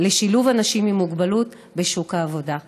לשילוב אנשים עם מוגבלות בשוק העבודה.